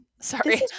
Sorry